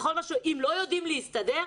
אם לא יודעים להסתדר,